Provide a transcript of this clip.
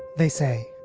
they say,